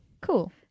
cool